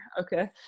Okay